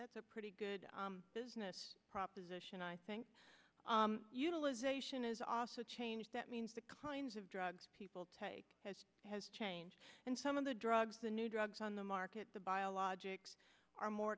that's a pretty good business proposition i think utilization is also change that means the kinds of drugs people take has has changed and some of the drugs the new drugs on the market the biologics are more